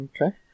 Okay